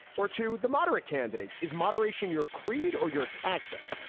or to the moderate candidates? is moderation your creed or your tactic?